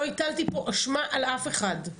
לא הטלתי פה אשמה על אף אחד,